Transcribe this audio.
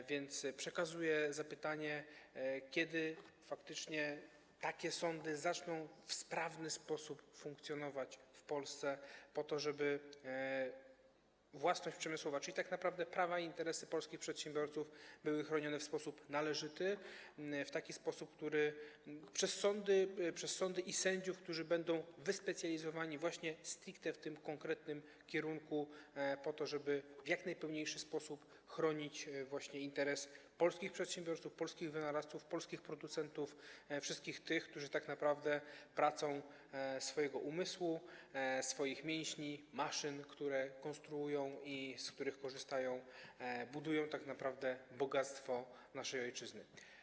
A więc przekazuję zapytanie, kiedy faktycznie takie sądy zaczną w sprawny sposób funkcjonować w Polsce, tak żeby własność przemysłowa, czyli tak naprawdę prawa i interesy polskich przedsiębiorców, była chroniona w sposób należyty, przez sądy i sędziów, którzy będą wyspecjalizowani stricte w tym konkretnym kierunku, po to aby w jak najpełniejszy sposób chronić interes polskich przedsiębiorców, polskich wynalazców, polskich producentów, wszystkich tych, którzy pracą swojego umysłu, swoich mięśni, maszyn, które konstruują i z których korzystają, budują tak naprawdę bogactwo naszej ojczyzny.